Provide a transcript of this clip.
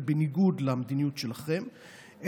זה בניגוד למדיניות שלכם,